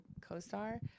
co-star